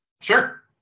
Sure